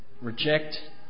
reject